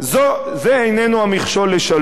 זה איננו המכשול לשלום.